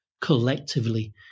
collectively